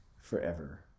forever